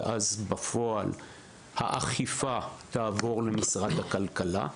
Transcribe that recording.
ואז האכיפה בפועל תעבור למשרד הכלכלה.